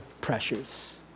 pressures